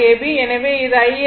எனவே இது Iab 4